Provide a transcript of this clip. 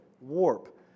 warp